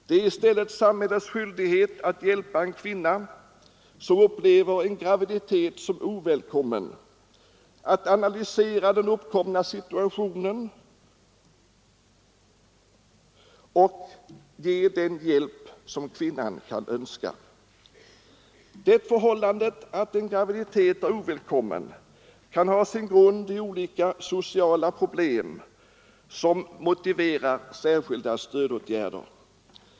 Det är i stället samhällets skyldighet att hjälpa en kvinna som upplever en graviditet som ovälkommen att analysera den uppkomna situationen och ge den hjälp som kvinnan kan önska. Det förhållandet att en graviditet är ovälkommen kan ha sin grund i olika sociala problem, som motiverar särskilda stödåtgärder.